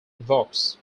evokes